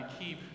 keep